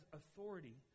authority